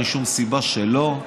אין שום סיבה שלא.